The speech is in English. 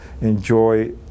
enjoy